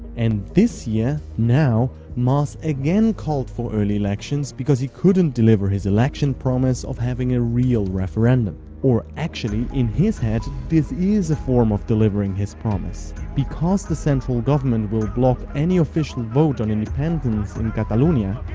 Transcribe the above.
and this year, now, mas again called for early elections because he couldn't deliver his election promise of having a real referendum. or, actually, in his head, this is a form of delivering his promise. because the central government will block any official vote on independence in cataluna,